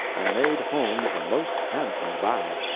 and made holmes a most handsome bow,